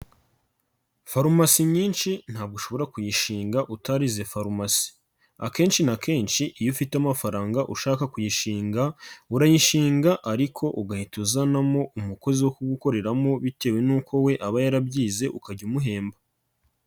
Farumasi nyinshi ntabwo ushobora kuyishinga utarize farumasi, akenshi na kenshi iyo ufite amafaranga ushaka kuyishinga, urayishinga ariko ugahita uzanamo umukozi wo kugukoreramo bitewe n'uko we aba yarabyize ukajya umuhemba.